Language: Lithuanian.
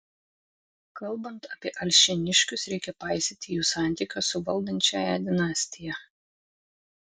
kalbant apie alšėniškius reikia paisyti jų santykio su valdančiąja dinastija